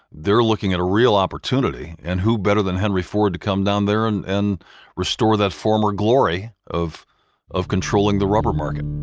they're looking at a real opportunity and who better than henry ford to come down there and and restore that former glory of of controlling the rubber market?